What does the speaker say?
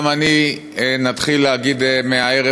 גם אני אתחיל להגיד מהערב,